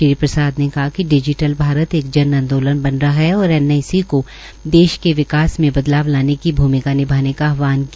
श्री प्रसाद ने कहा कि डिजीटल भारत एक जन आंदोलन बन रहा है और एनआईसी को देश के विकास में बदलाव लाने की भूमिका निभाने का आहवान किया